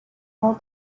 molt